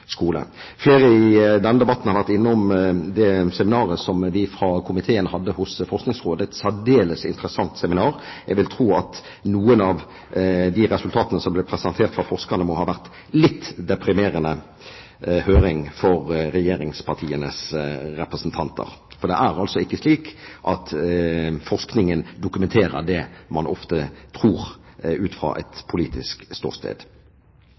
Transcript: Flere i denne debatten har vært inne på det seminaret som vi fra komiteen hadde hos Forskningsrådet, et særdeles interessant seminar. Jeg vil tro at noen av de resultatene som ble presentert fra forskerne, må ha vært litt deprimerende å høre for regjeringspartienes representanter. Det er altså ikke slik at forskningen dokumenterer det man ofte tror, ut fra et politisk ståsted.